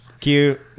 cute